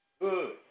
Good